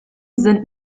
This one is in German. sind